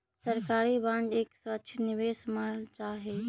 सरकारी बांड एक सुरक्षित निवेश मानल जा हई